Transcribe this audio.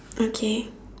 okay